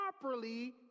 properly